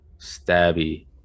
Stabby